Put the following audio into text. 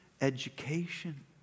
education